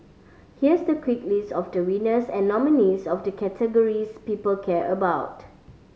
here's the quick list of the winners and nominees of the categories people care about